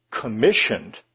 commissioned